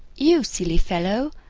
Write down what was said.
you silly fellow,